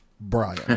Brian